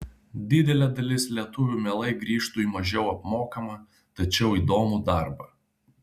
didelė dalis lietuvių mielai grįžtų į mažiau apmokamą tačiau įdomų darbą